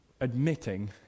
admitting